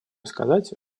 сказать